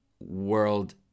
world